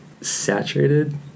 saturated